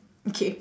okay